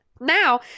now